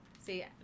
See